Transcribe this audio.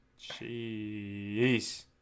Jeez